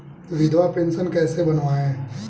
विधवा पेंशन कैसे बनवायें?